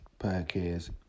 podcast